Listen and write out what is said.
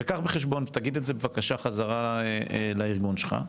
אז קח את זה בחשבון, ותגיד את זה חזרה לארגון שלך.